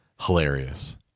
Hilarious